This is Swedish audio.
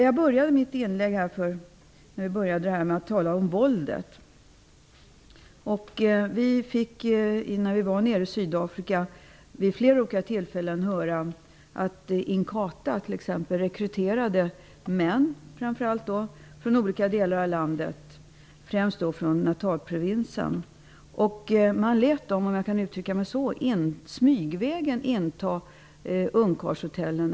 Jag började mitt inlägg med att tala om våldet. Vi fick när vi var i Sydafrika vid flera tillfällen höra att t.ex. Inkatha rekryterade framför allt män från olika delar av landet, främst från Natalprovinsen. Man lät dem smygvägen inta ungkarlshotellen.